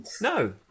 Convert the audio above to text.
No